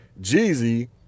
jeezy